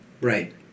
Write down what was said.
Right